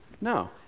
No